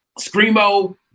screamo